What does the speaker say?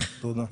תודה.